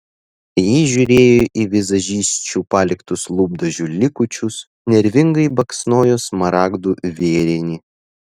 ji žiūrėjo į vizažisčių paliktus lūpdažių likučius nervingai baksnojo smaragdų vėrinį